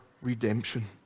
redemption